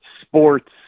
sports